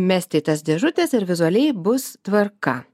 mesti į tas dėžutes ir vizualiai bus tvarka